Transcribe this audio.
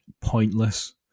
Pointless